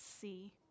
see